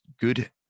good